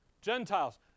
Gentiles